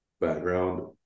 background